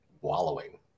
wallowing